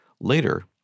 Later